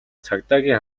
цагдаагийн